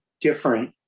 different